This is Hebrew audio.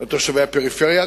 ותושבי הפריפריה,